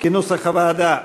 כהצעת הוועדה,